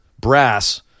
brass